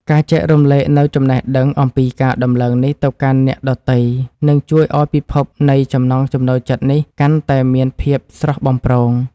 ការចែករំលែកនូវចំណេះដឹងអំពីការដំឡើងនេះទៅកាន់អ្នកដទៃនឹងជួយឱ្យពិភពនៃចំណង់ចំណូលចិត្តនេះកាន់តែមានភាពស្រស់បំព្រង។